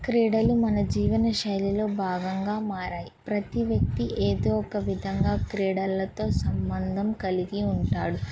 క్రీడలు మన జీవన శైలిలో భాగంగా మారాయి ప్రతి వ్యక్తి ఏదో ఒక విధంగా క్రీడలతో సంబంధం కలిగి ఉంటాడు